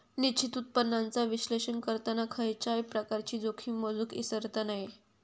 निश्चित उत्पन्नाचा विश्लेषण करताना खयच्याय प्रकारची जोखीम मोजुक इसरता नये